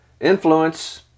influence